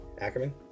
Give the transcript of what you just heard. Ackerman